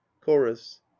chorus